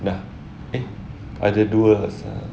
dah eh ada dua